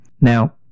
Now